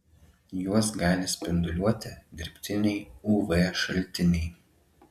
juos gali spinduliuoti dirbtiniai uv šaltiniai